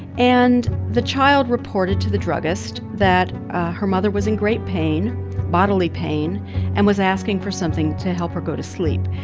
and the child reported to the druggist that her mother was in great pain bodily pain and was asking for something to help her go to sleep.